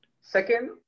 Second